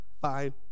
Fine